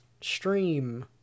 stream